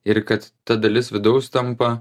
ir kad ta dalis vidaus tampa